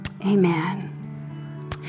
Amen